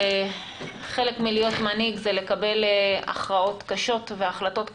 שחלק מלהיות מנהיג זה לקבל הכרעות קשות והחלטות קשות.